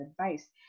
advice